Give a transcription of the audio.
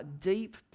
deep